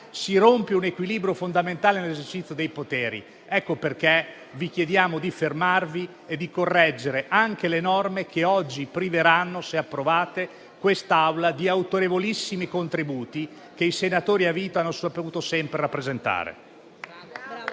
si rompe un equilibrio fondamentale nell'esercizio dei poteri. Ecco perché vi chiediamo di fermarvi e di correggere anche le norme che oggi priveranno, se approvate, quest'Aula degli autorevolissimi contributi che i senatori a vita hanno saputo sempre apportare.